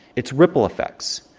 its ripple effects.